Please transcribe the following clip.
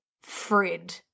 Fred